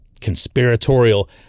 conspiratorial